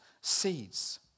seeds